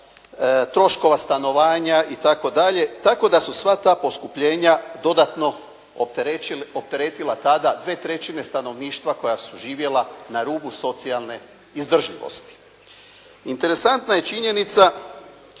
troškova stanovanja i tako dalje tako da su sva ta poskupljenja dodatno opteretila tada dvije trećine stanovništva koja su živjela na rubu socijalne izdržljivosti. Interesantna je činjenica